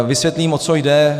Vysvětlím, o co jde.